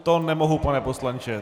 To nemohu, pane poslanče.